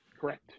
Correct